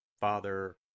Father